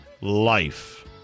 life